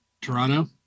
Toronto